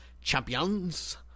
champions